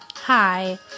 Hi